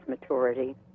maturity